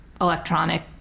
electronic